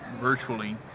virtually